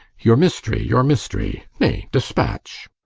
your mystery, your mystery nay, despatch.